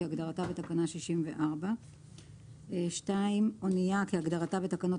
כהגדרתה בתקנה 64. אנייה כהגדרתה בתקנות